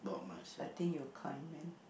I think you kind man